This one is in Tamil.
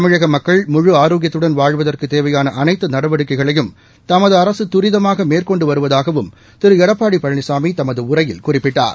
தமிழக மக்கள் முழு ஆரோக்கியத்துடன் வாழ்வதற்கு தேவையான அனைத்து நடவடிக்கைகளையும் தமது அரசு துரிதமாக மேற்கொண்டு வருவதாகவும் திரு எடப்பாடி பழனிசாமி அந்த கடிதத்தில் தெரிவித்துள்ளார்